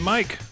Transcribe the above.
Mike